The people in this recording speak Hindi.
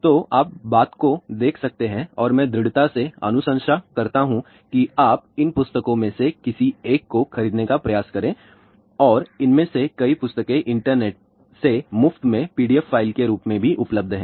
तो आप बात को देख सकते हैं और मैं दृढ़ता से अनुशंसा करता हूं कि आप इन पुस्तकों में से किसी एक को खरीदने का प्रयास करें और इनमें से कई पुस्तकें इंटरनेट से मुफ्त में PDF फाइल के रूप में भी उपलब्ध हैं